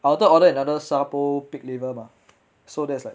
I wanted to order another 沙煲 pig liver mah so that's like